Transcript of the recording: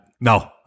No